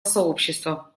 сообщества